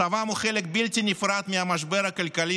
מצבם הוא חלק בלתי נפרד מהמשבר הכלכלי